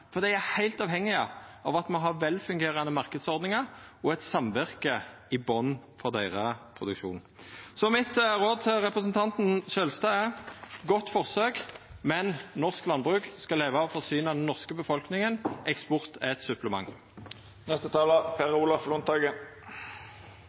For her er ein heilt avhengig av at me har velfungerande marknadsordningar og eit samvirke i botnen for produksjonen. Så rådet mitt til representanten Skjelstad er: Godt forsøk, men norsk landbruk skal leva av å forsyna den norske befolkninga – eksport er eit